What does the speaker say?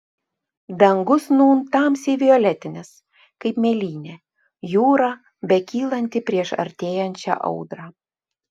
dangus nūn tamsiai violetinis kaip mėlynė jūra bekylanti prieš artėjančią audrą